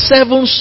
Seven